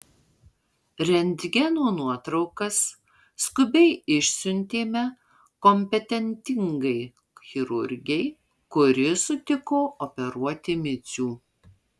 rentgeno nuotraukas skubiai išsiuntėme kompetentingai chirurgei kuri sutiko operuoti micių